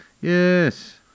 Yes